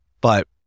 But-